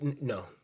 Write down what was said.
no